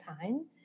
time